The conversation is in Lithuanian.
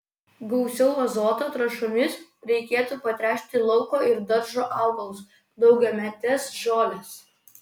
gausiau azoto trąšomis reikėtų patręšti lauko ir daržo augalus daugiametes žoles